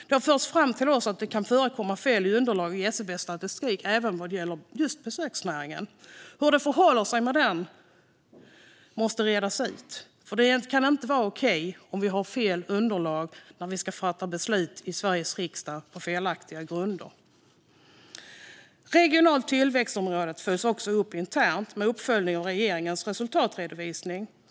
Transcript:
Det har förts fram till oss att det kan förekomma fel i underlaget i SCB:s statistik även vad gäller just besöksnäringen. Hur det förhåller sig med det måste redas ut, för det kan inte vara okej att vi i Sveriges riksdag ska fatta beslut på felaktiga grunder. Området regional tillväxt följs också upp internt och i regeringens resultatredovisning.